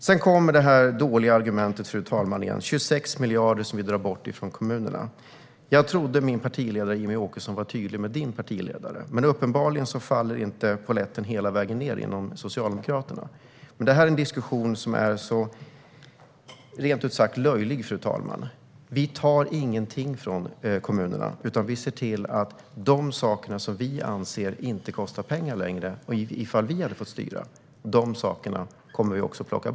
Sedan kommer detta dåliga argument igen, fru talman, om 26 miljoner som vi drar bort från kommunerna. Jag trodde att min partiledare Jimmie Åkesson hade varit tydlig med din partiledare, Lena Hallengren, men uppenbarligen trillade polletten inte hela vägen ned hos Socialdemokraterna. Denna diskussion är rent ut sagt löjlig. Vi tar ingenting från kommunerna. De saker som vi anser inte längre kostar pengar - i alla fall inte om vi hade fått styra - plockar vi bort.